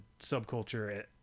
subculture